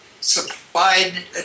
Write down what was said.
supplied